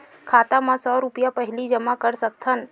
खाता मा सौ रुपिया पहिली जमा कर सकथन?